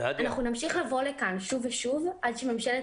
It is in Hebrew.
אנחנו נמשיך לבוא לכאן שוב ושוב עד שממשלת